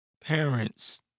parents